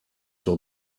sur